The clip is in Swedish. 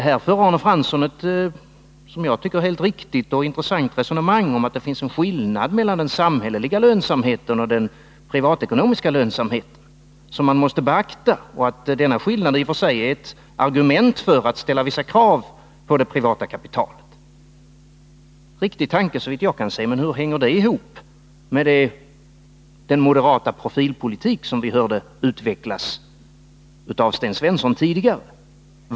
Här för Arne Fransson ett, som jag tycker, helt riktigt och intressant resonemang om att det finns en skillnad mellan den samhälleliga lönsamheten och den privatekonomiska lönsamheten, som man måste beakta, och att denna skillnad i och för sig är ett argument för att ställa vissa krav på det privata kapitalet. Det är en riktig tanke, såvitt jag kan se, men hur hänger det ihop med den moderata profilpolitik som vi hörde utvecklas av Sten Svensson tidigare?